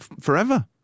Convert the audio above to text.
forever